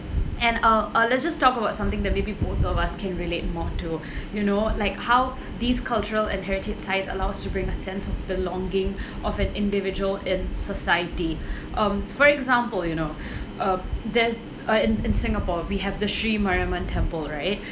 and uh uh let's just talk about something that maybe both of us can relate more to you know like how these cultural and heritage sites allows you to bring a sense of belonging of an individual in society um for example you know uh there's uh in in singapore we have the sri mariamman temple right